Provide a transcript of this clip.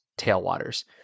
tailwaters